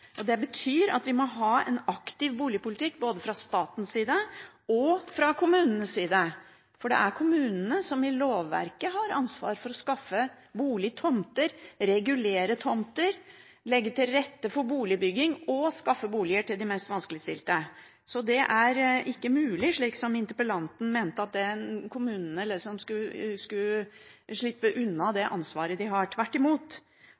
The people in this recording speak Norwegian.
inn. Det betyr at vi må ha en aktiv boligpolitikk både fra statens side og fra kommunenes side, for det er kommunene som i lovverket har ansvar for å skaffe boligtomter, regulere tomter, legge til rette for boligbygging og skaffe boliger til de mest vanskeligstilte. Så det er ikke mulig, slik som interpellanten mente, at kommunene skulle slippe unna det ansvaret de har – tvert imot.